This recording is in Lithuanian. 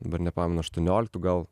dabar nepamenu aštuonioliktų gal